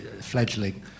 fledgling